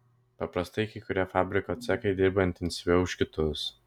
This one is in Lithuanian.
paprastai kai kurie fabriko cechai dirba intensyviau už kitus